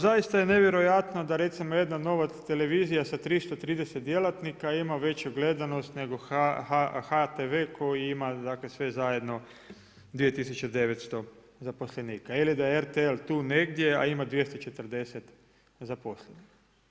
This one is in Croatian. Zaista je nevjerojatno, da recimo jedna nova televizija sa 330 djelatnika ima veću gledanost, nego HTV koji ima dakle, sve zajedno 2900 zapisnika ili da RTL, tu negdje, a ima 240 zaposlenih.